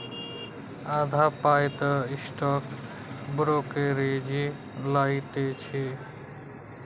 आधा पाय तँ स्टॉक ब्रोकरेजे लए लैत छै